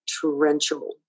torrential